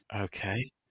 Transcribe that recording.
Okay